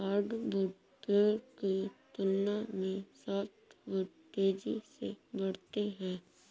hardwood पेड़ की तुलना में सॉफ्टवुड तेजी से बढ़ते हैं